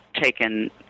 taken